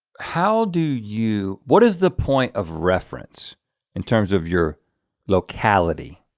how do you, what is the point of reference in terms of your locality?